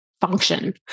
function